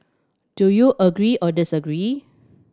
do you agree or disagree